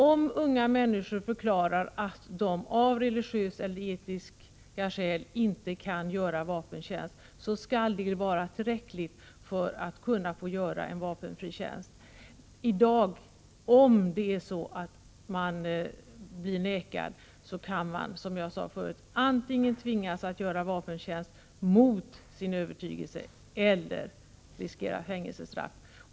Om unga människor förklarar att de av religiösa eller etiska skäl inte vill göra vapentjänst, skall det vara tillräckligt för att de skall få göra vapenfri tjänst. Den som blir nekad kan i dag antingen tvingas göra vapentjänst mot sin övertygelse eller riskera fängelsestraff.